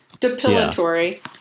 Depilatory